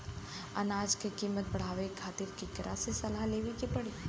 अनाज क कीमत बढ़ावे खातिर केकरा से सलाह लेवे के पड़ी?